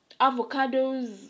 avocados